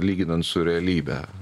lyginant su realybe